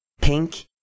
Pink